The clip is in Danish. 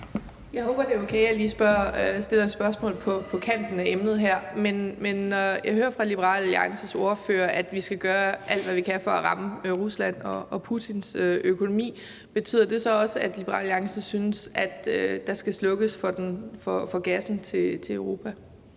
Jeg håber, det er okay, at jeg lige stiller et spørgsmål på kanten af emnet her, men når jeg hører fra Liberal Alliances ordfører, at vi skal gøre alt, hvad vi kan, for at ramme Ruslands og Putins økonomi, betyder det så også, at Liberal Alliance synes, at der skal slukkes for gassen til Europa?